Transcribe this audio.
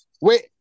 Wait